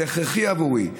זה הכרחי עבורי.